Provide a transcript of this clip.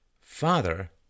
father